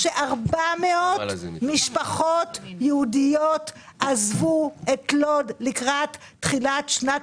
ש-400 משפחות יהודיות עזבו את לוד לקראת תחילת שנת